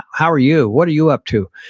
how are you? what are you up to?